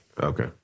Okay